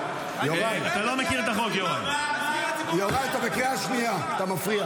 אתה בקריאה ראשונה.